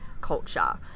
culture